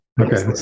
Okay